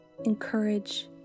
encourage